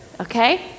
okay